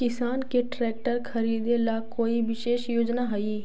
किसान के ट्रैक्टर खरीदे ला कोई विशेष योजना हई?